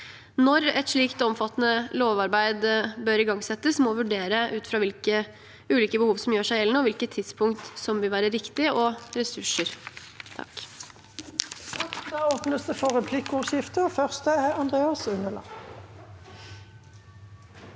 Når et slikt omfattende lovarbeid bør igangsettes, må vurderes ut fra hvilke ulike behov som gjør seg gjeldende, hvilket tidspunkt som vil være riktig og ressurser.